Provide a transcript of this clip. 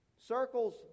Circles